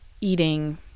eating